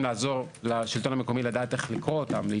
לעזור לשלטון המקומי לדעת איך לקרוא אותם,